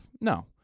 No